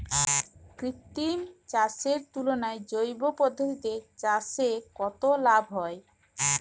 কৃত্রিম চাষের তুলনায় জৈব পদ্ধতিতে চাষে কত লাভ হয়?